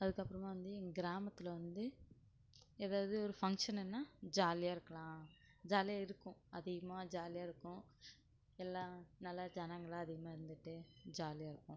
அதுக்கப்புறமா வந்து எங்கள் கிராமத்தில் வந்து எதாவது ஒரு ஃபங்க்ஷணுனால் ஜாலியாக இருக்கலாம் ஜாலியாக இருக்கும் அதிகமாக ஜாலியாக இருக்கும் எல்லா நல்லா ஜனங்களாக அதிகமாக இருந்துட்டு ஜாலியாக இருக்கும்